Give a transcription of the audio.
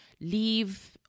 leave